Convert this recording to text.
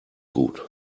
gut